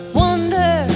wonder